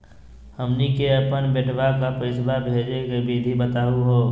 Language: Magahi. हमनी के अपन बेटवा क पैसवा भेजै के विधि बताहु हो?